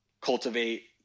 cultivate